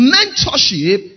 Mentorship